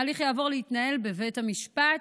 ההליך יעבור להתנהל בבית המשפט,